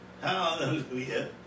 Hallelujah